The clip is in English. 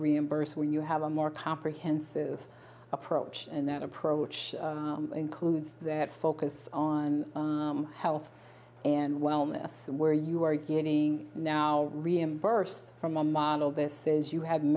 reimbursed when you have a more comprehensive approach and that approach includes that focus on health and wellness where you are getting now reimbursed from a model there says you ha